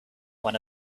one